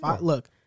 Look